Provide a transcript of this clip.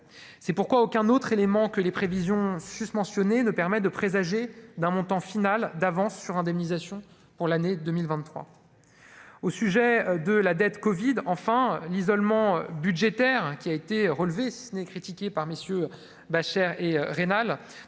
c'est pourquoi aucun autre élément que les prévisions susmentionnées ne permet de présager d'un montant final d'avances sur indemnisation pour l'année 2000 23 au sujet de la dette Covid enfin l'isolement budgétaire qui a été relevé, ce n'est critiqué par messieurs Bachere et rénale